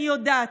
אני יודעת,